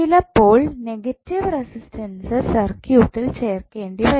ചിലപ്പോൾ negative resistance സർക്യൂട്ടിൽ ചേർക്കേണ്ടിവരും